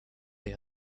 they